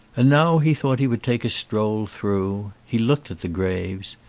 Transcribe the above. and now he thought he would take a stroll through. he looked at the graves.